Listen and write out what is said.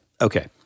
okay